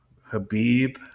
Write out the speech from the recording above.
Habib